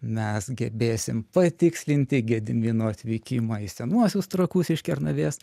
mes gelbėsim patikslinti gedimino atvykimo į senuosius trakus iš kernavės